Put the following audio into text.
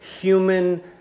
human